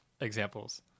examples